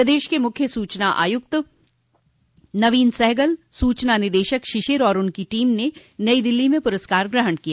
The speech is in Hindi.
प्रदेश के मुख्य सूचना आयुक्त नवनीत सहगल सूचना निदेशक शिशिर और उनकी टीम ने नई दिल्ली में पुरस्कार ग्रहण किया